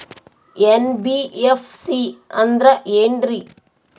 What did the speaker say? NBFC ಅಂದ್ರ ಏನ್ರೀ?